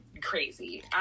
crazy